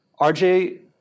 RJ